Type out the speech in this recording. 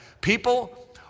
people